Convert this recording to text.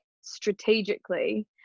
strategically